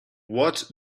what